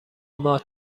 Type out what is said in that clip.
ماه